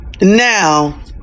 Now